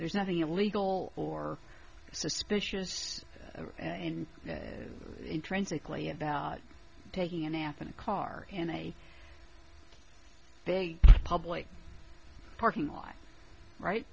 there's nothing illegal or suspicious in intrinsically about taking a nap in a car in a big public parking lot right